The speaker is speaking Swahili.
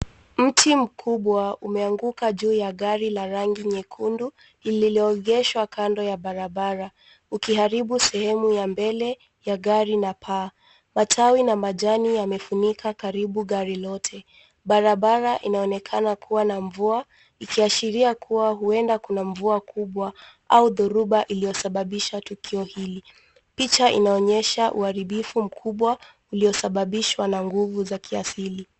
Mti mkubwa umeanguka juu ya gari la rangi nyekundu, lililoegeshwa kando ya barabara, ukiharibu sehemu ya mbele ya gari na paa. Matawi na majani yamefunika karibu gari lote. Barabara inaonekana kuwa na mvua, ikiashiria kuwa huenda kuna mvua kubwa au dhoruba iliyosababisha tukio hili. Picha inaonyesha uharibifu mkubwa uliosababishwa na nguvu za kiasili.